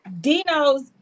Dino's